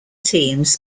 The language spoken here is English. teams